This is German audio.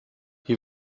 hier